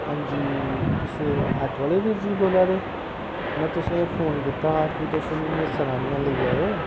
हां जी तुस आटो आह्ले बीर जी बोला दे में तुसेंगी फोन कीता हा कि तुस मिगी मेसर आह्नियै लेई जाएओ